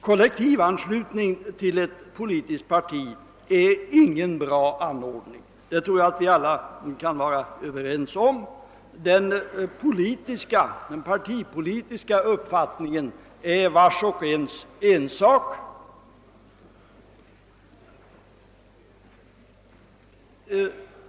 Kollektivanslutning till ett politiskt parti är ingen bra ordning, det tror jag att vi alla kan vara överens om. Den partipolitiska uppfattningen är vars och ens ensak.